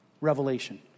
revelation